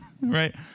Right